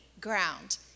ground